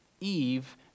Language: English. Eve